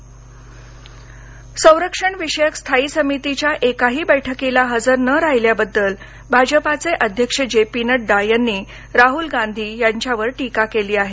नड्डा राहल संरक्षण विषयक स्थायी समितीच्या एकाही बैठकीला हजर न राहिल्याबद्दल भाजपाचे अध्यक्ष जे पी नड्डा यांनी राहुल गांधी यांच्यावर टीका केली आहे